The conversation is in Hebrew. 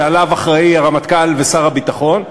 שעליו ממונים הרמטכ"ל ושר הביטחון,